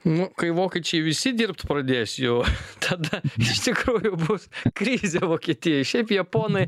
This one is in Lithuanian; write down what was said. nu kai vokiečiai visi dirbti pradės jau tada iš tikrųjų bus krizė vokietijoj šiaip jie ponai